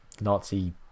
Nazi